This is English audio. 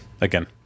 again